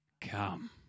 Come